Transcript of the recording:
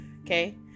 Okay